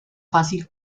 fácil